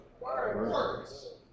words